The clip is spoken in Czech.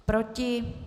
Proti?